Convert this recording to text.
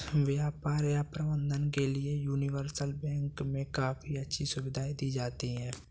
व्यापार या प्रबन्धन के लिये यूनिवर्सल बैंक मे काफी अच्छी सुविधायें दी जाती हैं